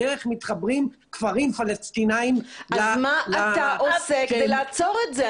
בדרך מתחברים כפרים פלסטינאים ל --- אז מה אתה עושה כדי לעצור את זה?